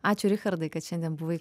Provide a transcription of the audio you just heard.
ačiū richardai kad šiandien buvai